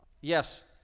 Yes